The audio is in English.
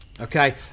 okay